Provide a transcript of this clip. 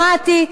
שמעתי,